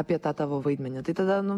apie tą tavo vaidmenį tai tada nu